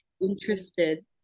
interested